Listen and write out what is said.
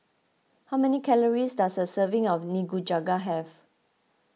how many calories does a serving of Nikujaga have